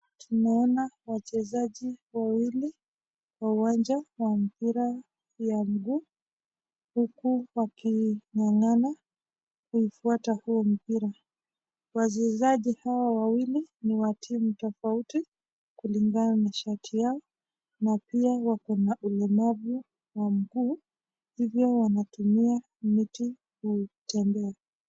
Tunaona wachezaji wawili kwa uwanja wa mpira ya mguu huku waking'ang'a kucheza wakifuata huo mpira, Wachezaji hawa wawili ni wa timu tofauti kulingana na shati Yao na pia wakona ulemavu wa mguu hivyo wanatumia miti kutembea.